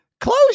Close